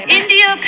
india